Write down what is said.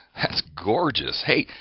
that's gorgeous. hey,